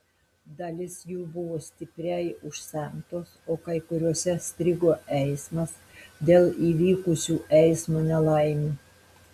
dalis jų buvo stipriai užsemtos o kai kuriose strigo eismas dėl įvykusių eismo nelaimių